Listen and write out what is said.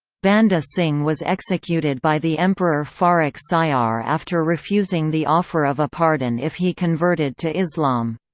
banda singh was executed by the emperor farrukh siyar after refusing the offer of a pardon if he converted to islam.